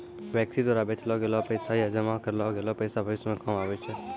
व्यक्ति द्वारा बचैलो गेलो पैसा या जमा करलो गेलो पैसा भविष्य मे काम आबै छै